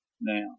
now